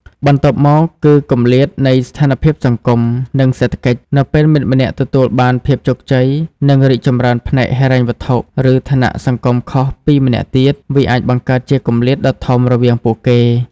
បន្ទាប់មក គឺ គម្លាតនៃស្ថានភាពសង្គម និងសេដ្ឋកិច្ច នៅពេលមិត្តម្នាក់ទទួលបានភាពជោគជ័យ និងរីកចម្រើនផ្នែកហិរញ្ញវត្ថុ ឬឋានៈសង្គមខុសពីម្នាក់ទៀត វាអាចបង្កើតជាគម្លាតដ៏ធំរវាងពួកគេ។